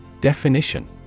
Definition